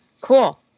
Cool